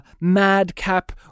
madcap